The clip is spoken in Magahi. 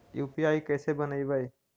यु.पी.आई कैसे बनइबै?